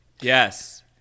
Yes